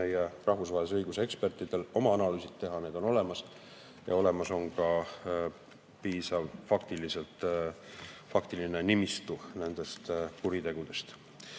meie rahvusvahelise õiguse ekspertidel oma analüüsid teha, need on olemas. Ja olemas on ka piisav konkreetne nimistu nendest kuritegudest.